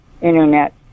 internet